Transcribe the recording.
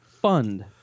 Fund